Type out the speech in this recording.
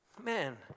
man